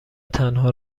تنها